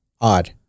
odd